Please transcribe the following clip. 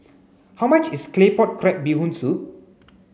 how much is claypot crab bee hoon soup